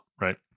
right